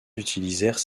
utilisèrent